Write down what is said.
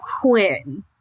Quinn